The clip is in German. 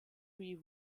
wie